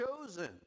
chosen